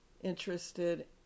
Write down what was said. interested